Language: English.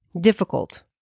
difficult